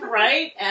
right